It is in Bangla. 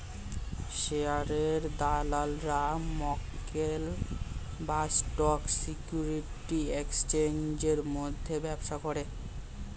শেয়ারের দালালরা মক্কেল বা স্টক সিকিউরিটির এক্সচেঞ্জের মধ্যে ব্যবসা করে